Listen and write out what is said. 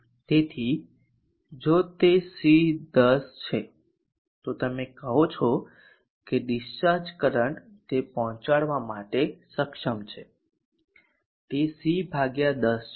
તેથી જો તે C10 છે તો તમે કહો કે ડીસ્ચાર્જ કરંટ તે પહોંચાડવા માટે સક્ષમ છે તે C10 છે